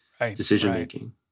decision-making